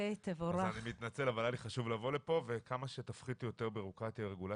היה לי חשוב לבוא לפה וכמה שתפחיתו יותר בירוקרטיה ורגולציה מבורך.